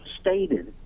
stated